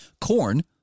corn